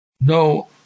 No